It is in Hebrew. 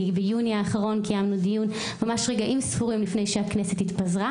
כי ביוני האחרון קיימנו דיון ממש רגעים ספורים לפני שהכנסת התפזרה,